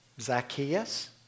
Zacchaeus